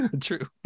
True